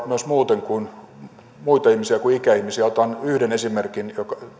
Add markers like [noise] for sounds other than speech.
[unintelligible] myös muita ihmisiä kuin ikäihmisiä otan yhden esimerkin